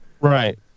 Right